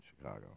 Chicago